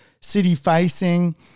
city-facing